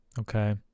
Okay